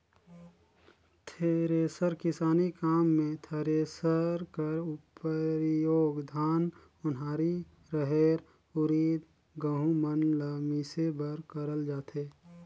thresher किसानी काम मे थरेसर कर परियोग धान, ओन्हारी, रहेर, उरिद, गहूँ मन ल मिसे बर करल जाथे